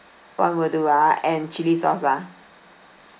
one will do ah and chilli sauce ah